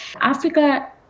Africa